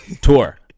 Tour